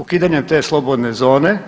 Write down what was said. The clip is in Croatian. Ukidanjem te slobodne zone